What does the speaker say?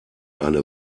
eine